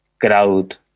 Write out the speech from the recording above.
crowd